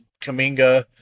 Kaminga